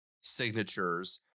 signatures